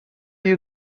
you